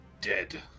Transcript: Dead